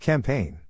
Campaign